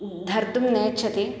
धर्तुं नेच्छति